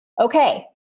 Okay